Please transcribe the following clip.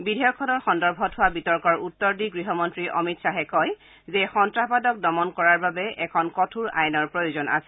বিধেয়কখনৰ সন্দৰ্ভত হোৱা বিতৰ্কৰ উত্তৰ দি গৃহমন্ত্ৰী অমিত শ্বাহে কয় যে সন্ত্ৰাসবাদক দমন কৰাৰ বাবে এখন কঠোৰ আইনৰ প্ৰয়োজন আছে